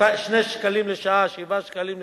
2 שקלים לשעה, 7 שקלים לשעה.